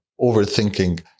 overthinking